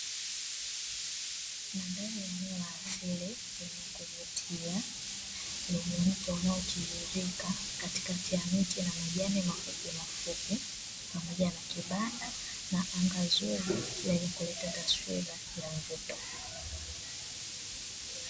Mandhari ya eneo la asili lenye kuvutia, lenye mto unaotiririka katikati ya miti na majani makubwa na mafupi, pamoja na kibanda na anga zuri lenye kuleta taswira ya mvuto.